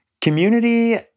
Community